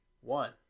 one